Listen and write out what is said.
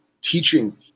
teaching